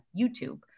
YouTube